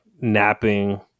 napping